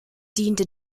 diente